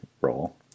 role